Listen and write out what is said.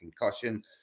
concussion